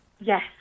Yes